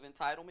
entitlement